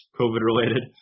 COVID-related